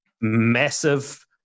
massive